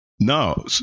No